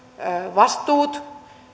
vastuut